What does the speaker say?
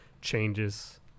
changes